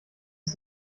ist